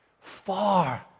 Far